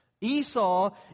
Esau